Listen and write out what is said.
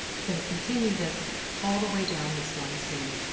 you're going to continue this all the way down this one seam.